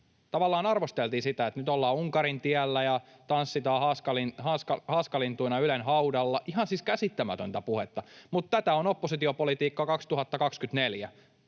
Tavallaan arvosteltiin sitä niin, että nyt ollaan Unkarin tiellä ja tanssitaan haaskalintuina Ylen haudalla. Ihan siis käsittämätöntä puhetta, mutta tätä on oppositiopolitiikka 2024.